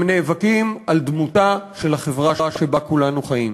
הם נאבקים על דמותה של החברה שבה כולנו חיים.